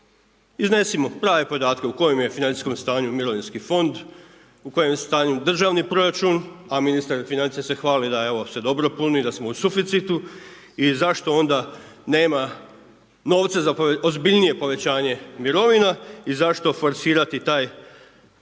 Iznesimo prave podatke u kojem je financijskom stanju mirovinski fond, u kojem je stanju državni proračun a ministar financija se hvali da evo se dobro puni, da smo u suficitu. I zašto onda nema novca za ozbiljnije povećanje mirovina i zašto forsirati taj odlazak